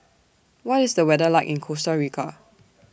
What IS The weather like in Costa Rica